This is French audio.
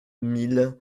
mille